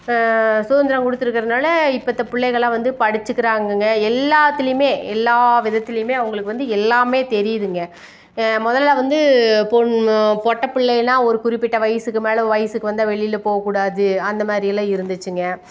சுதந்திரம் கொடுத்திருக்கறதுனால இப்போத்த பிள்ளைகள்லாம் வந்து படிச்சுக்கிறாங்கங்க எல்லாத்திலையுமே எல்லா விதத்துலேயுமே அவங்களுக்கு வந்து எல்லாமே தெரியுதுங்க முதல்ல வந்து பொண் பொட்டைப் பிள்ளைன்னா ஒரு குறிப்பிட்ட வயசுக்கு மேலே வயசுக்கு வந்தால் வெளியில் போகக்கூடாது அந்த மாதிரி எல்லாம் இருந்துச்சுங்க